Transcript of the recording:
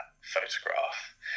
photograph